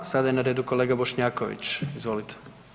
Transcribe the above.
Sada je na redu kolega Bošnjaković, izvolite.